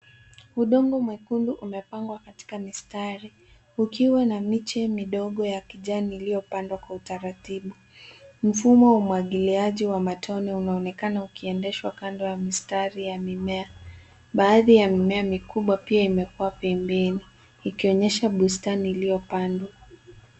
Udongo mwekundu umepangwa katika mistari ukiwa na miche midogo ya kijani iliyopandwa kwa utaratibu. Mfumo wa umwagiliaji wa matone unaonekana ukiendeshwa kando ya mistari ya mimea. Baadhi ya mimea mikubwa pia imekua pembeni ikionyesha bustani iliyopandwa.